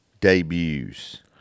debuts